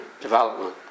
Development